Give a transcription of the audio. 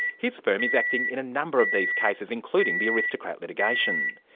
his firm is acting in a number of these cases, including the aristocrat litigation.